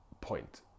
point